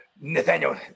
Nathaniel